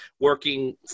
working